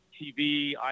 TV